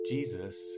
Jesus